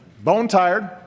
bone-tired